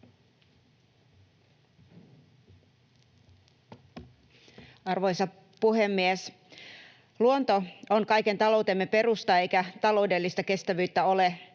Arvoisa puhemies! Luonto on kaiken taloutemme perusta, eikä taloudellista kestävyyttä ole